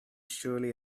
surely